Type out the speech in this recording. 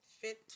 fit